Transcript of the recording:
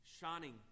shining